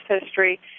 history